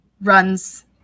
Runs